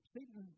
Satan